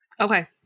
Okay